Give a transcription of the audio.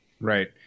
Right